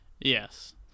yes